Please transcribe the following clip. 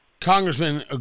Congressman